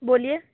बोलिए